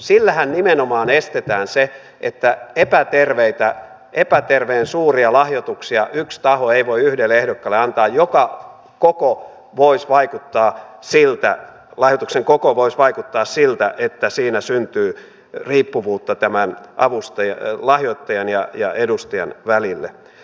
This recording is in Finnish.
sillähän nimenomaan estetään se että yksi taho voisi yhdelle ehdokkaalle antaa epäterveen suuria lahjoituksia yksta aho ei voi yhden ehdokkaan väliltä joku vois vaikuttaa siltä joiden koko voisi vaikuttaa siltä että siinä syntyy riippuvuutta lahjoittajan ja edustajan välille